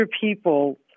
people